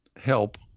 help